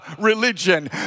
religion